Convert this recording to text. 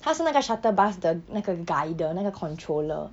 他是那个 shuttle bus 的那个 guider 那个 controller